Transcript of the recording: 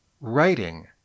Writing